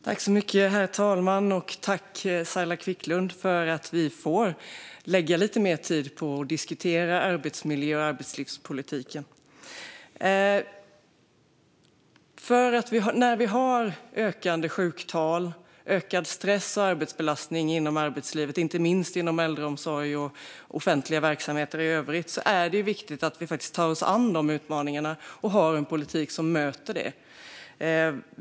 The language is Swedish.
Herr talman! Tack, Saila Quicklund, för att vi får lägga lite mer tid på att diskutera arbetsmiljö och arbetslivspolitiken! När vi har ökande sjuktal och ökad stress och arbetsbelastning inom arbetslivet, inte minst inom äldreomsorg och offentliga verksamheter i övrigt, är det viktigt att vi tar oss an de utmaningarna och har en politik som möter det.